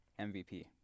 MVP